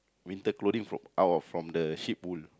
winter clothing fro~ out of from the sheep wool